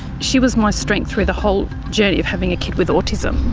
she was my strength through the whole journey of having a kid with autism.